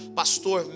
pastor